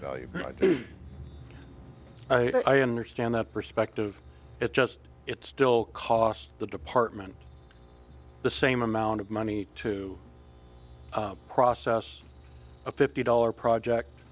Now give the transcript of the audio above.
value i understand that perspective it just it still cost the department the same amount of money to process a fifty dollars project